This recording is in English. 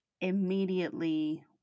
immediately